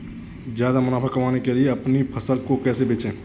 ज्यादा मुनाफा कमाने के लिए अपनी फसल को कैसे बेचें?